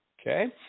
Okay